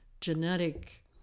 genetic